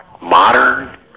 modern